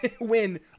win